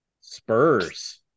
Spurs